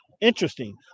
Interesting